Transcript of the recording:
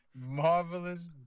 Marvelous